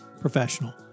professional